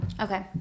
Okay